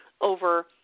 over